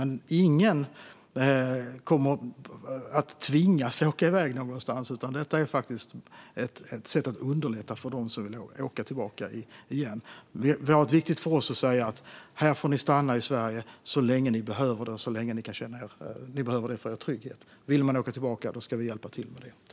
Men ingen kommer att tvingas åka iväg någonstans, utan detta är ett sätt att underlätta för dem som vill åka tillbaka igen. Det har varit viktigt för oss att säga: Ni får stanna i Sverige så länge ni behöver det för er trygghet! Men vill man åka tillbaka ska vi hjälpa till med det.